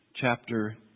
chapter